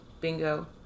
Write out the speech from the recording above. bingo